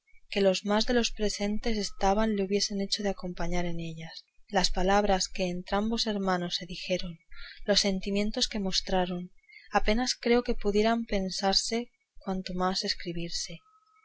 que los más de los que presentes estaban le hubieron de acompañar en ellas las palabras que entrambos hermanos se dijeron los sentimientos que mostraron apenas creo que pueden pensarse cuanto más escribirse